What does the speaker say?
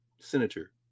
Senator